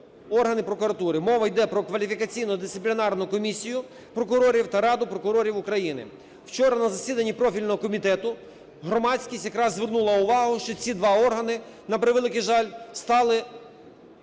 органи прокуратури. Мова йде про Кваліфікаційно-дисциплінарну комісію прокурорів та Раду прокурорів України. Вчора, на засіданні профільного комітету, громадськість якраз звернула увагу, що ці два органи, на превеликий жаль, стали